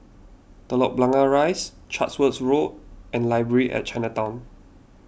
Telok Blangah Rise Chatsworth Road and Library at Chinatown